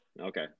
okay